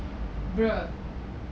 bruh